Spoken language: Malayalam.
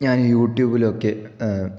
ഞാന് യുട്യൂബിലൊക്കെ